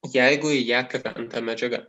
jeigu į ją krenta medžiaga